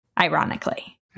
ironically